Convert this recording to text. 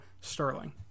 Sterling